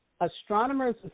astronomers